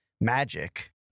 magic